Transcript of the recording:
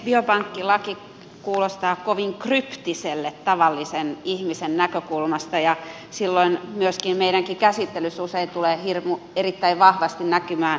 biopankkilaki kuulostaa kovin kryptiselle tavallisen ihmisen näkökulmasta ja silloin myöskin meidän käsittelyssämme usein tulevat erittäin vahvasti näkymään potilaan oikeudet